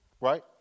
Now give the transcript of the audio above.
right